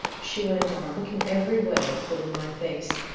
she went on, looking every way but in my face,